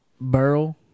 Burl